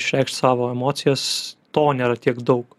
išreikšt savo emocijas to nėra tiek daug